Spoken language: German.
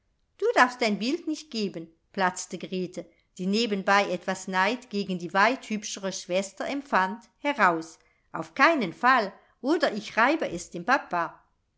du darfst dein bild nicht geben platzte grete die nebenbei etwas neid gegen die weit hübschere schwester empfand heraus auf keinen fall oder ich schreibe es dem